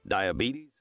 Diabetes